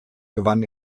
gewann